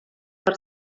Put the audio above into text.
per